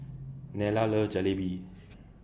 Nella loves Jalebi